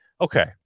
okay